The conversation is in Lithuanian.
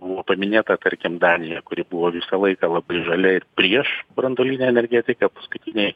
buvo paminėta tarkim danija kuri buvo visą laiką labai žalia ir prieš branduolinę energetiką paskutiniai